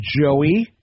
Joey